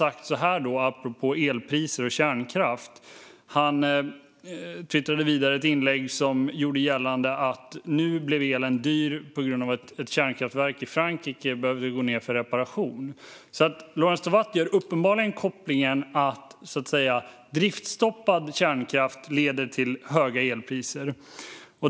Apropå elpriser och kärnkraft twittrade han vidare ett inlägg som gjorde gällande att elen nu blev dyr på grund av att ett kärnkraftverk i Frankrike behövde gå ned för reparation. Lorentz Tovatt gör uppenbarligen kopplingen att driftsstoppad kärnkraft leder till höga elpriser.